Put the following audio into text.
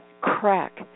crack